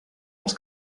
els